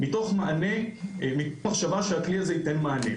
מתוך מחשבה שהכלי הזה ייתן מענה,